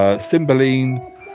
Cymbeline